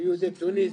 ויהודי טוניסיה,